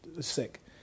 sick